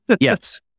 Yes